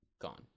gone